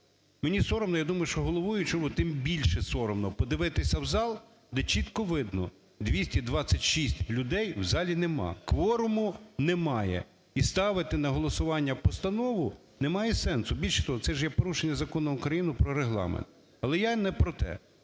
мені соромно. Я думаю, що головуючому тим більше соромно подивитися в зал, де чітко видно, 226 людей в залі нема, кворуму немає і ставити на голосування постанову – немає сенсу. Більше того, оце ж є порушення Закону України про регламент. Але я не про те,